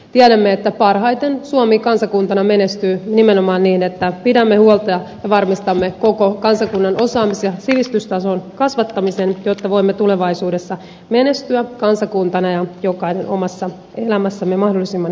tiedämme että parhaiten suomi kansakuntana menestyy nimenomaan niin että pidämme huolta ja varmistamme koko kansakunnan osaamis ja sivistystason kasvattamisen jotta voimme tulevaisuudessa menestyä kansakuntana ja jokainen omassa elämässämme mahdollisimman hyvin